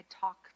talk